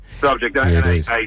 subject